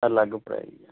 ਅਲੱਗ ਪ੍ਰਾਈਜ਼